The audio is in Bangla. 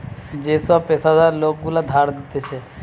যে সব পেশাদার লোক গুলা ধার দিতেছে